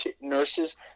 nurses